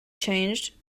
changed